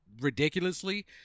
ridiculously